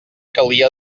calia